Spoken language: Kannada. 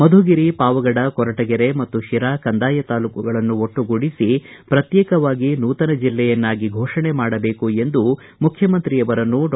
ಮಧುಗಿರಿ ಪಾವಗಡ ಕೊರಟಗೆರೆ ಮತ್ತು ಶಿರಾ ಕಂದಾಯ ತಾಲೂಕುಗಳನ್ನು ಒಟ್ಟು ಗೂಡಿಸಿ ಪ್ರತ್ಯೇಕವಾಗಿ ನೂತನ ಜಲ್ಲೆಯನ್ನಾಗಿ ಫೋಷಣೆ ಮಾಡಬೇಕೆಂದು ಮುಖ್ಯಮಂತ್ರಿ ಅವರನ್ನು ಡಾ